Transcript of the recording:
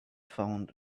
found